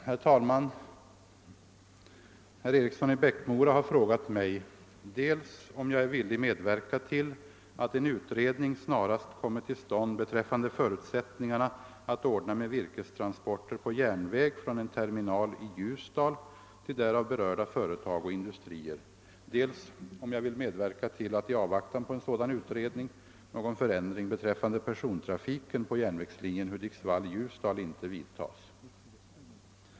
Herr talman! Herr Eriksson i Bäckmora har frågat mig dels om jag är villig medverka till att en utredning snarast kommer till stånd beträffande förutsättningarna att ordna med virkestransporter på järnväg från en terminal i Ljusdal till därav berörda företag och industrier, dels om jag vill medverka till att, i avaktan på en sådan utredning, någon förändring beträffande persontrafiken på järnvägslinjen Hudiksvall— Ljusdal inte vidtages.